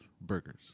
burgers